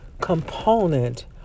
component